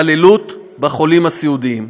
להתעללות בחולים הסיעודיים.